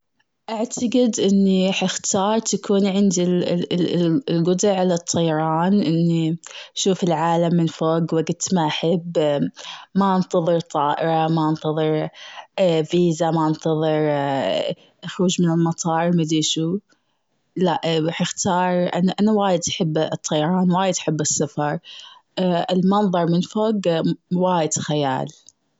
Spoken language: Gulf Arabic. اعتقد إني حختار تكون عندي ال- القدرة على الطيران إني شوف العالم من فوق وقت ما أحب. ما انتظر طائرة، ما انتظر فيزا، ما انتظر خروج من المطار مدري شو؟ لا، بإختصار إنه أنا وايد بحب الطيران وايد بحب السفر. المنظر من فوق وايد خيال.